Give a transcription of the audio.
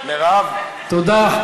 תודה,